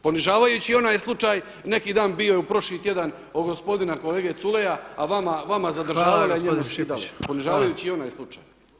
Ponižavajući i onaj slučaj neki dan, bio je prošli tjedan, od gospodina kolege Culeja, a vama [[Upadica Predsjednik: Hvala gospodine Šipić.]] ponižavajući i onaj slučaj.